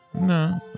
No